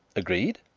agreed.